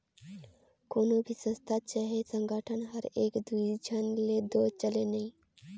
कोनो भी संस्था चहे संगठन हर एक दुई झन ले दो चले नई